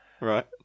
Right